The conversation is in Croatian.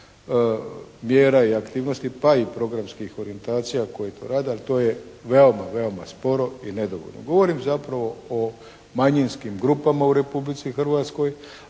mjera i aktivnosti pa i programskih orijentacija koji to rade ali to je veoma veoma sporo i nedovoljno. Govorim zapravo o manjinskim grupama u Republici Hrvatskoj.